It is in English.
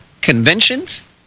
conventions